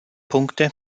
punkte